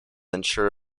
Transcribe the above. unsure